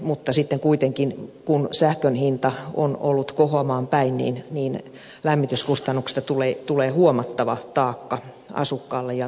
mutta kun sähkön hinta kuitenkin on ollut kohoamaan päin niin lämmityskustannuksista tulee huomattava taakka asukkaalle ja talon omistajalle